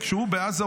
כשהוא בעזה,